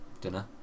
Dinner